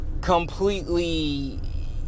completely